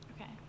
Okay